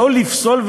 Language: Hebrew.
אותו לפסול,